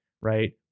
right